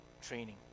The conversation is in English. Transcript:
training